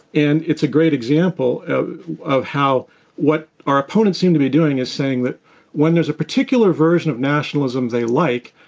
and it's a great example of how what our opponents seem to be doing is saying that when there's a particular version of nationalism they like,